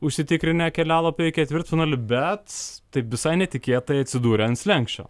užsitikrinę kelialapio į ketvirtfinalį bet taip visai netikėtai atsidūrė ant slenksčio